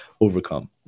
overcome